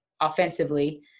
offensively